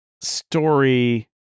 story